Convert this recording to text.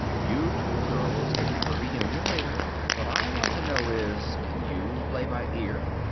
you two girls can have a reunion later. what i want to know is can you play by ear?